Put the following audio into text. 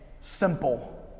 simple